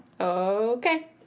Okay